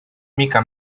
mica